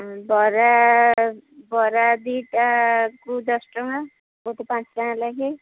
ବରା ବରା ଦୁଇ'ଟାକୁ ଦଶ ଟଙ୍କା ଗୋଟେ ପାଞ୍ଚ ଟଙ୍କା ଲାଗେ